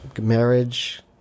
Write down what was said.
marriage